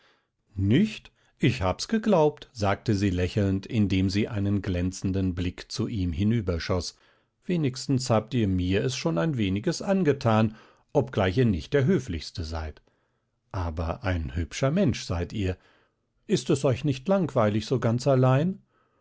nicht ich hab's geglaubt sagte sie lächelnd indem sie einen glänzenden blick zu ihm hinüberschoß wenigstens habt ihr mir es schon ein weniges angetan obgleich ihr nicht der höflichste seid aber ein hübscher mensch seid ihr ist es euch nicht langweilig so ganz allein